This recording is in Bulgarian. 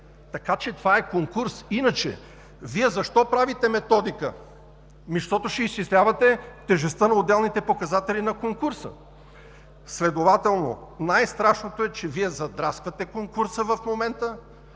Така че това е конкурс. Иначе Вие защо правите методика? Защото ще изчислявате тежестта на отделните показатели на конкурса! Следователно най-страшното е, че Вие задрасквате конкурса в момента,